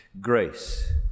grace